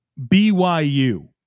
BYU